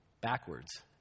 backwards